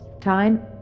Time